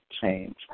change